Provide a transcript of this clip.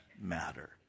matter